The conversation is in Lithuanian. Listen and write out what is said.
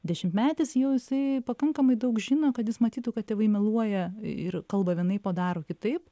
dešimtmetis jau jisai pakankamai daug žino kad jis matytų kad tėvai meluoja ir kalba vienaip o daro kitaip